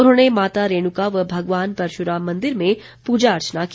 उन्होंने माता रेणुका व भगवान परशुराम मंदिर में पूजा अर्चना की